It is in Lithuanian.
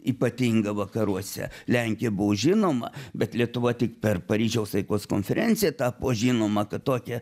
ypatinga vakaruose lenkija buvo žinoma bet lietuva tik per paryžiaus taikos konferenciją tapo žinoma kad tokia